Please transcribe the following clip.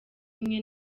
imwe